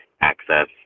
access